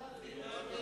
לממשלה,